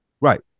Right